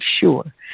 sure